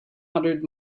hundred